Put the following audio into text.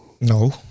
No